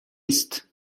است